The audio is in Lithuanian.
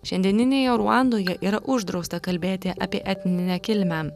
šiandieninėje ruandoje yra uždrausta kalbėti apie etninę kilmę